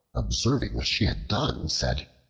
observing what she had done, said,